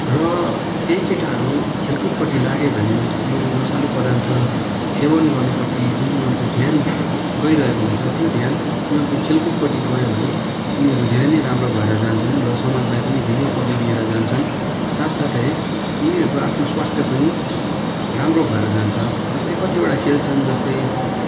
र त्यही केटाहरू खेलकुदपट्टि लागे भने यो नसालु पदार्थ सेवन गर्नुपट्टि जुन उनीहरूको ध्यान गइरहेको हुन्छ त्यो ध्यान उनीहरूको खेलकुदपट्टि गयो भने उनीहरू धेरै नै राम्रो भएर जान्छन् र समाजलाई पनि धेरै अघि लिएर जान्छन् साथसाथै उनीहरूको आफ्नो स्वास्थ्य पनि राम्रो भएर जान्छ जस्तै कतिवटा खेल छन् जस्तै